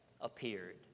appeared